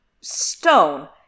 Stone